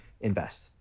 invest